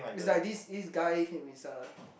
it's like this this guy him is a